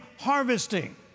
harvesting